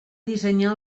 dissenyar